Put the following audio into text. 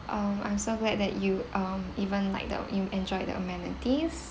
um I'm so glad that you um even like the enjoyed the amenities